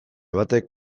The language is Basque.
batek